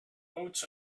oats